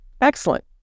Excellent